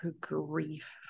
Grief